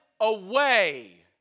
away